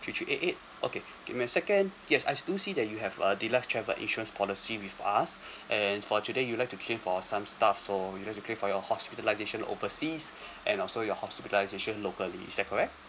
three three eight eight okay give me a second yes I do see that you have a deluxe travel insurance policy with us and for today you'd like to claim for some stuff so you'd like to claim for your hospitalisation overseas and also your hospitalisation locally is that correct